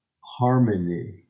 harmony